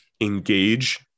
engage